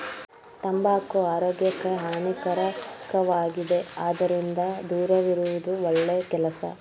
ತಂಬಾಕು ಆರೋಗ್ಯಕ್ಕೆ ಹಾನಿಕಾರಕವಾಗಿದೆ ಅದರಿಂದ ದೂರವಿರುವುದು ಒಳ್ಳೆ ಕೆಲಸ